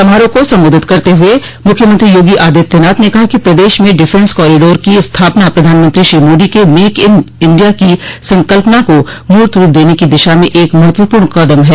समारोह को संबोधित करते हुए मुख्यमंत्री योगी आदित्यनाथ ने कहा कि प्रदेश में डिफ़ेंस कॉरिडोर की स्थापना प्रधानमंत्री श्री मोदी के मेक इन इंडिया की संकल्पना को मूर्त रूप देने की दिशा में एक महत्वपूर्ण कदम है